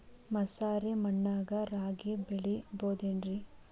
ಮಸಾರಿ ಮಣ್ಣಾಗ ರಾಗಿ ಬೆಳಿಬೊದೇನ್ರೇ?